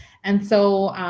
and so